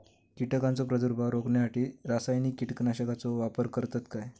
कीटकांचो प्रादुर्भाव रोखण्यासाठी रासायनिक कीटकनाशकाचो वापर करतत काय?